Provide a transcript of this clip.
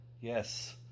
Yes